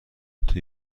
توی